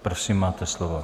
Prosím, máte slovo.